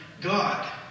God